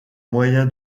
moyen